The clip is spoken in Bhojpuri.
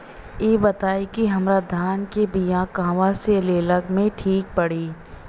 इ बताईं की हमरा धान के बिया कहवा से लेला मे ठीक पड़ी?